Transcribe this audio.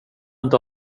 inte